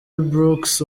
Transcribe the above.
brooks